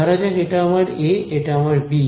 ধরা যাক এটা আমার এ এটা আমার বি